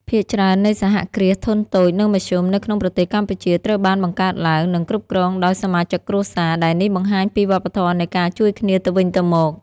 ភាគច្រើននៃសហគ្រាសធុនតូច និងមធ្យមនៅក្នុងប្រទេសកម្ពុជាត្រូវបានបង្កើតឡើង និងគ្រប់គ្រងដោយសមាជិកគ្រួសារ ដែលនេះបង្ហាញពីវប្បធម៌នៃការជួយគ្នាទៅវិញទៅមក។